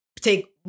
take